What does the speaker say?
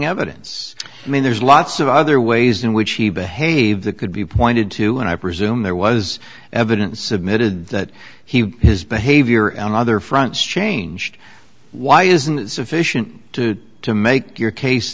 evidence i mean there's lots of other ways in which he behaved that could be pointed to and i presume there was evidence submitted that he his behavior on other fronts changed why isn't sufficient to make your case